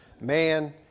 Man